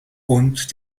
und